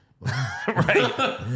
Right